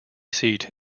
seat